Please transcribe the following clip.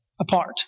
apart